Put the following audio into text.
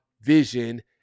vision